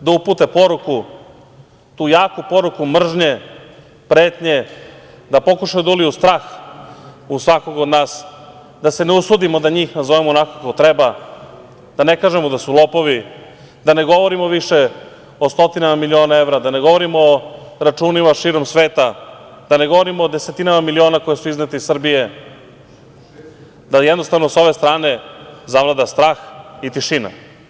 da upute poruku, tu jaku poruku mržnje, pretnje, da pokušaju da uliju strah u svakome od nas, da se ne usudimo da njih nazovemo onako kako treba, da ne kažemo da su lopovi, da ne govorimo više o stotinama miliona evra, da ne govorimo o računima širom sveta, da ne govorimo o desetinama miliona koje su iznete iz Srbije, da jednostavno sa ove strane zavlada strah i tišina.